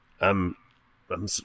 I'm—I'm